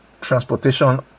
transportation